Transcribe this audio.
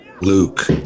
Luke